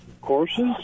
courses